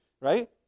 right